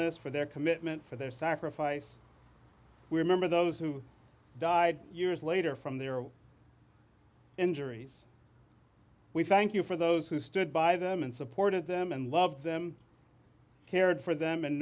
ness for their commitment for their sacrifice we remember those who died years later from their injuries we thank you for those who stood by them and supported them and loved them cared for them and